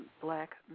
black